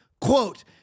quote